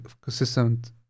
consistent